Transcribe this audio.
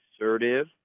assertive